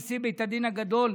נשיא בית הדין הגדול,